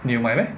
你有买 meh